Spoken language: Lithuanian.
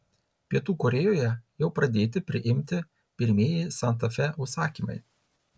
pietų korėjoje jau pradėti priimti pirmieji santa fe užsakymai